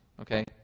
okay